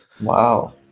wow